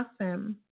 awesome